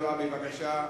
תתביישי לומר משפט כזה.